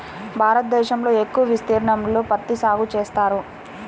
భారతదేశంలో ఎక్కువ విస్తీర్ణంలో పత్తి సాగు చేస్తారు